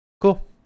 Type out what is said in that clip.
cool